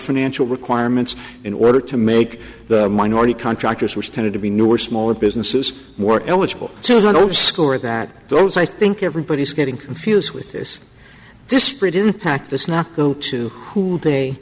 financial requirements in order to make the minority contractors which tended to be newer smaller businesses more eligible so no score that those i think everybody's getting confused with this disparate impact this not go to who they